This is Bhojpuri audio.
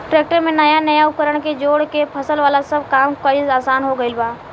ट्रेक्टर में नया नया उपकरण के जोड़ के फसल वाला सब काम कईल आसान हो गईल बा